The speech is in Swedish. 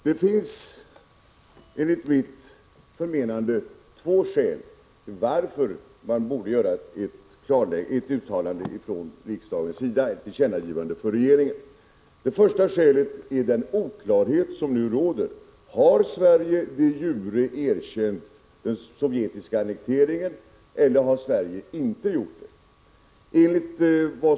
Herr talman! Enligt mitt förmenande finns det två skäl till att riksdagen borde göra ett tillkännagivande till regeringen. Det första skälet är den oklarhet som nu råder. Har Sverige de jure erkänt den sovjetiska annekteringen eller har Sverige inte gjort det?